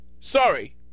Sorry